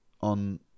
on